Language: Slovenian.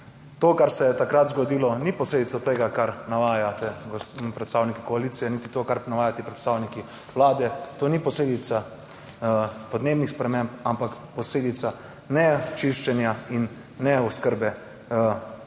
To, kar se je takrat zgodilo ni posledica tega, kar navajate predstavniki koalicije, niti to, kar navajate predstavniki Vlade, to ni posledica podnebnih sprememb, ampak posledica nečiščenja in neoskrbe, se